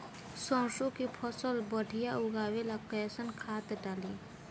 सरसों के फसल बढ़िया उगावे ला कैसन खाद डाली?